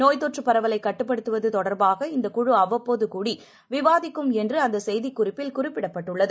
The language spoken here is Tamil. நோய்த்தொற்றுபரவலைகட்டுப்படுத்துவதுதொடர்பாக இந்த குழு அவ்வப்போது கூடி விவாதிக்கும் என்றுஅந்தசெய்திக் குறிப்பில் குறிப்பிடப்பட்டுள்ளது